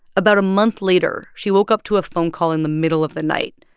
about a month later, she woke up to a phone call in the middle of the night.